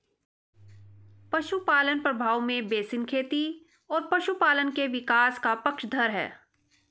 पशुपालन प्रभाव में बेसिन खेती और पशुपालन के विकास का पक्षधर है